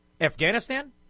Afghanistan